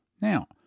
Now